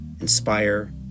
inspire